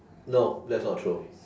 no that's not true